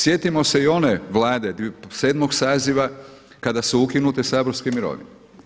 Sjetimo se i one Vlade 7. saziva kada su ukinute saborske mirovine.